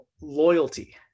loyalty